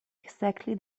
exactly